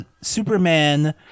Superman